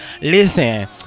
listen